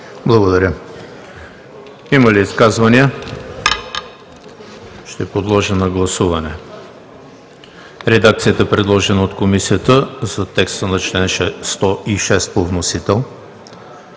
ХРИСТОВ: Има ли изказвания? Подлагам на гласуване редакцията, предложена от Комисията за текста на чл. 106 по вносител;